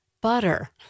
butter